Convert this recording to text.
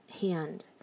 hand